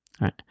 right